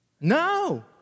No